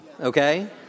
okay